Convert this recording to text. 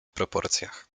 proporcjach